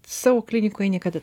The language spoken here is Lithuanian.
savo klinikoj niekada